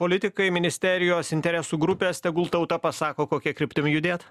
politikai ministerijos interesų grupės tegul tauta pasako kokia kryptim judėt